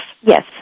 Yes